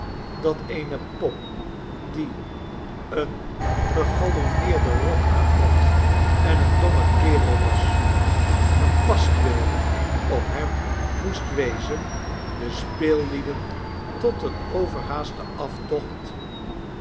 dat eene pop die een gegaloneerden rok aan had en een domme kerel was een paskwil op hem moest wezen de speellieden tot een j verhaasten aftocht